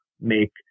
make